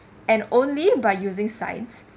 and only by using science